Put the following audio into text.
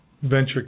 venture